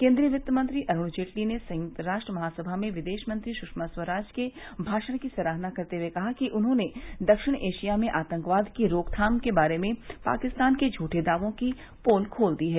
केन्द्रीय वित्त मंत्री अरुण जेटली ने संयुक्त राष्ट्र महासभा में विदेश मंत्री सुषमा स्वराज के भाषण की सराहना करते हुए कहा है कि उन्होंने दक्षिण एशिया में आतंकवाद की रोकथाम के बारे में पाकिस्तान के झूठ दावे की पोल खोल दी है